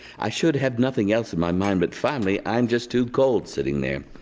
i should have nothing else in my mind but finally i'm just too cold sitting there.